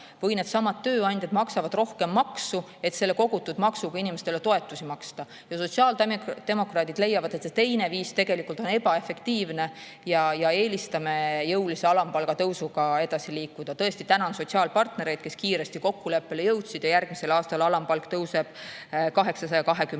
või tööandjad maksavad rohkem maksu, et selle kogutud [rahaga] inimestele toetusi maksta. Sotsiaaldemokraadid leiavad, et see teine viis tegelikult on ebaefektiivne, ja me eelistame jõulise alampalga tõusuga edasi liikuda. Tõesti, tänan sotsiaalpartnereid, kes kiiresti kokkuleppele jõudsid. Järgmisel aastal tõuseb